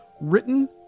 written